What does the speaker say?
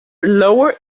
lower